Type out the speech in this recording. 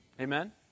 Amen